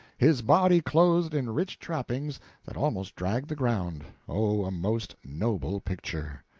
his body clothed in rich trappings that almost dragged the ground oh, a most noble picture.